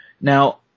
Now